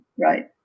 right